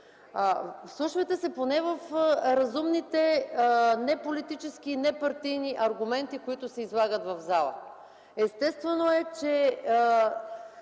Вслушвайте се поне в разумните не политически непартийни аргументи, които се излагат в залата. Естествено е, че